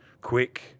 quick